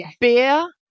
beer